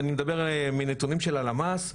אני מדבר מהנתונים של הלמ"ס,